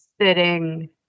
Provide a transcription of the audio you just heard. sitting